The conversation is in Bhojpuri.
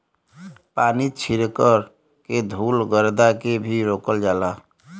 पानी छीरक के धुल गरदा के भी रोकल जाला